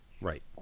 right